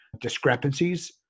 discrepancies